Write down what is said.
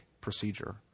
procedure